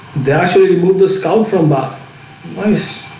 they actually put the scout from bob nice